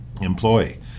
employee